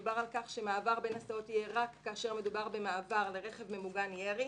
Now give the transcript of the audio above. דובר על כך שמעבר בין הסעות יהיה רק כאשר מדובר במעבר לרכב ממוגן ירי.